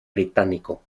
británico